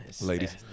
Ladies